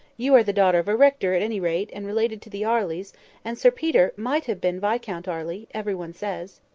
you are the daughter of a rector, at any rate, and related to the arleys and sir peter might have been viscount arley, every one says.